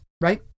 right